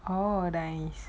oh nice